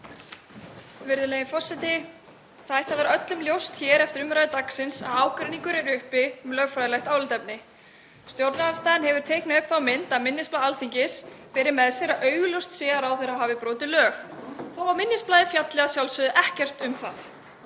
Virðulegi forseti. Það ætti að vera öllum ljóst eftir umræður dagsins að ágreiningur er uppi um lögfræðilegt álitaefni. Stjórnarandstaðan hefur teiknað upp þá mynd að minnisblað Alþingis beri með sér að augljóst sé að ráðherra hafi brotið lög þótt minnisblaðið fjalli að sjálfsögðu ekkert um það